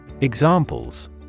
Examples